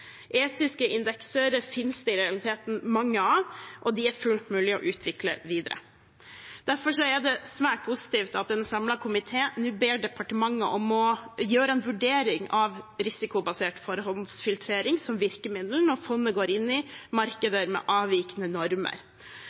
Etiske indekser finnes det i realiteten mange av, og de er fullt mulig å utvikle videre. Derfor er det svært positivt at en samlet komité nå ber departementet om å gjøre en vurdering av risikobasert forhåndsfiltrering som virkemiddel når fondet går inn i markeder med avvikende normer.